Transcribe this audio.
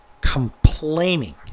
complaining